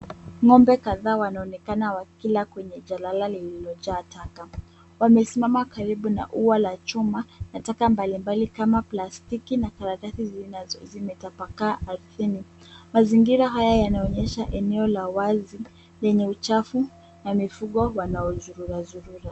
Ng'ombe kadhaa wanaonekana wakila kwenye jalala lililojaa taka. Wamesimama karibu na ua la chuma na taka mbalimbali kama plastiki na karatasi zimetapakaa ardhini. Mazingira haya yanaonyesha eneo la wazi, lenye uchafu, na mifugo wanaozururazurura.